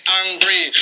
angry